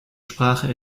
sprache